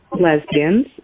lesbians